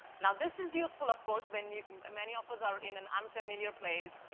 now, this is useful, of course, when many of us are in an unfamiliar place, yeah